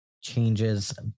changes